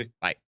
bye